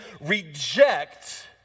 reject